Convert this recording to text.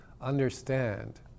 understand